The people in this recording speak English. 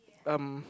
um